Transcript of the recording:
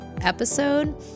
episode